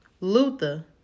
Luther